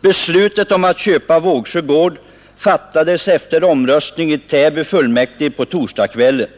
det: ”Beslut om att köpa Vågsjö gård fattades efter omröstning i Täby fullmäktige på torsdagskvällen.